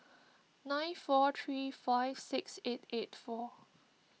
nine four three five six eight eight four